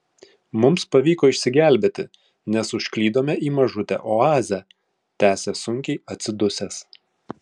mums pavyko išsigelbėti nes užklydome į mažutę oazę tęsia sunkiai atsidusęs